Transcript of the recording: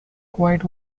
quiet